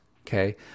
okay